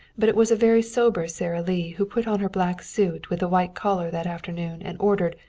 but it was a very sober sara lee who put on her black suit with the white collar that afternoon and ordered,